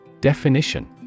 Definition